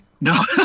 no